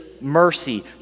mercy